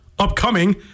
upcoming